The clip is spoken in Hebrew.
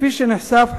כפי שנחשף,